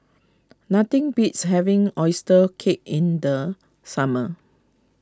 nothing beats having Oyster Cake in the summer